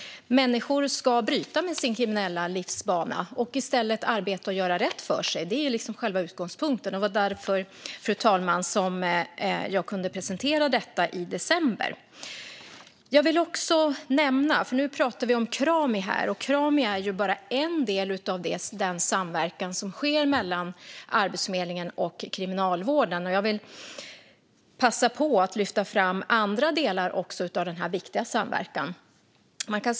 Människor ska bryta med sin kriminella livsbana och i stället arbeta och göra rätt för sig. Det är själva utgångspunkten, och det var därför jag presenterade detta i december. Nu pratar vi om Krami, men Krami är bara en del av den samverkan som sker mellan Arbetsförmedlingen och kriminalvården. Låt mig lyfta fram alla tre delar av denna viktiga samverkan.